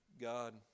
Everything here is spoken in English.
God